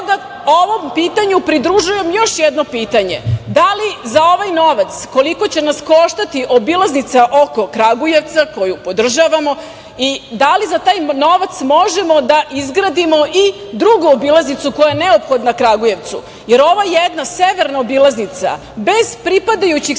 ovom pitanju pridružujem još jedno pitanje – da li za ovaj novac koliko će nas koštati obilaznica oko Kragujevca, koju podržavamo, i da li za taj novac možemo da izgradimo i drugu obilaznicu koja je neophodna Kragujevcu, jer ova jedna severna obilaznica bez pripadajućih